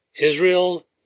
Israel